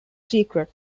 secret